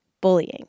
bullying